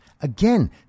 Again